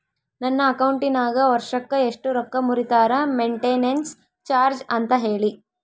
ನನ್ನ ಅಕೌಂಟಿನಾಗ ವರ್ಷಕ್ಕ ಎಷ್ಟು ರೊಕ್ಕ ಮುರಿತಾರ ಮೆಂಟೇನೆನ್ಸ್ ಚಾರ್ಜ್ ಅಂತ ಹೇಳಿ?